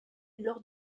lors